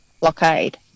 blockade